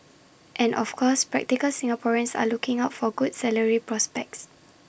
and of course practical Singaporeans are looking out for good salary prospects